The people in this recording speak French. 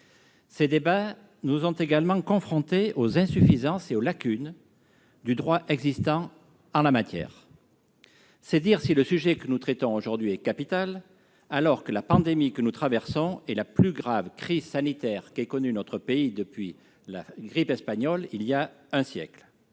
Ces débats nous ont également montré les insuffisances et les lacunes du droit existant en la matière. C'est dire si le sujet que nous traitons aujourd'hui est capital, alors que la pandémie que nous traversons est la plus grave crise sanitaire qu'ait connue notre pays depuis la grippe espagnole il y a un siècle.